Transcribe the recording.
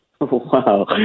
Wow